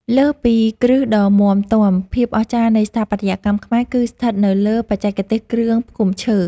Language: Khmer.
លើសពីគ្រឹះដ៏មាំទាំ ភាពអស្ចារ្យនៃស្ថាបត្យកម្មខ្មែរគឺស្ថិតនៅលើ បច្ចេកទេសគ្រឿងផ្គុំឈើ។